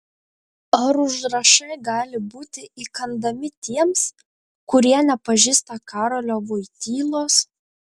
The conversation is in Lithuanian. ar užrašai gali būti įkandami tiems kurie nepažįsta karolio voitylos